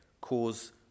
cause